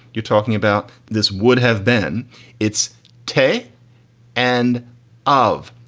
you're talking about this would have been it's today and of.